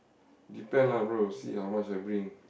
depend lah bro see how much I bring